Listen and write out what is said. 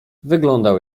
wyglądał